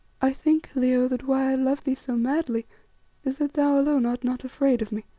i think, leo, that why i love thee so madly is that thou alone art not afraid of me.